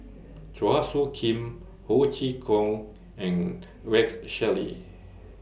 Chua Soo Khim Ho Chee Kong and Rex Shelley